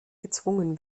gezwungen